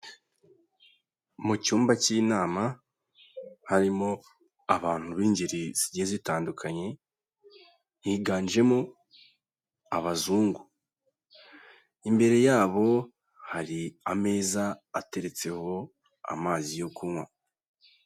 Mu cyumba cy'inama harimo abantu b'ingeri zigiye zitandukanye, higanjemo abazungu, imbere yabo hari ameza ateretseho amazi yo kunywa.